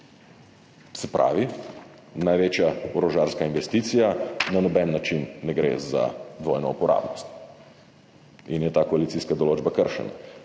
Se pravi, največja orožarska investicija na noben način ne gre za dvojno uporabnost in je ta koalicijska določba kršena.